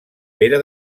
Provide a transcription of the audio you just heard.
pere